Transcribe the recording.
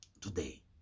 today